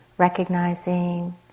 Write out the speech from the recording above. Recognizing